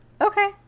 Okay